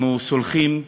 אנחנו סולחים,